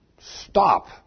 stop